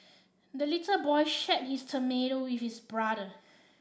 the little boy shared his tomato with his brother